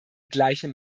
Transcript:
gleichem